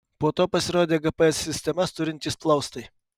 po to pasirodė gps sistemas turintys plaustai